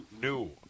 new